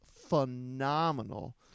phenomenal